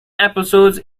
episodes